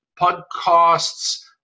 Podcasts